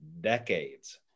decades